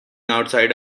outside